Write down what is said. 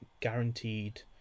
guaranteed